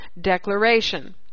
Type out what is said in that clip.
declaration